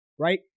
right